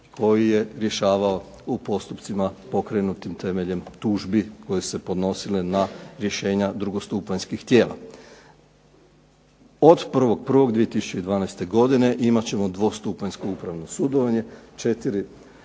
koji je rješavao u postupcima pokrenutim temeljim tužbi koje su se podnosile na rješenja drugostupanjskih tijela. Od 1.1.2012. godine imat ćemo dvostupanjsko upravno sudovanje, četiri